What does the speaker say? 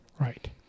Right